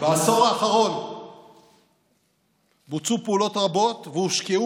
בעשור האחרון בוצעו פעולות רבות והושקעו